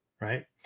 Right